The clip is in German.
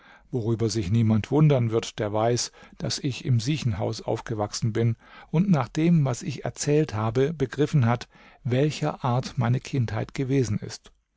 worüber sich niemand wundern wird der weiß daß ich im siechenhaus aufgewachsen bin und nach dem was ich erzählt habe begriffen hat welcher art meine kindheit gewesen ist